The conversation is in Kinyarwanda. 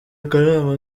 akanama